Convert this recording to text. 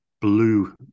blue